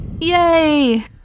yay